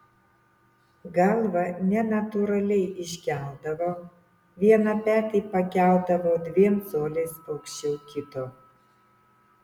galvą nenatūraliai iškeldavo vieną petį pakeldavo dviem coliais aukščiau kito